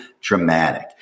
dramatic